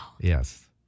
Yes